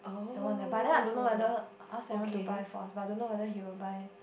that one but then I don't know whether ask Simon to buy for us but I don't know whether he will buy